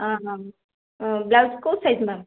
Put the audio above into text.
ହଁ ହଁ ବ୍ଲାଉଜ୍ କେଉଁ ସାଇଜ୍